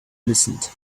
listened